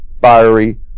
fiery